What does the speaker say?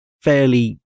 fairly